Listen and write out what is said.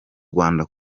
rwanda